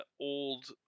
old